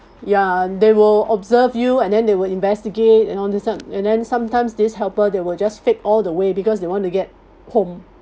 ya they will observe you and then they will investigate and on this up and then sometimes these helper they will just fake all the way because they want to get home